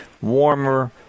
warmer